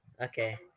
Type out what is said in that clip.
okay